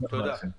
תודה לכם.